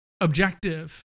objective